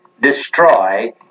destroy